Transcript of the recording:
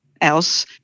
else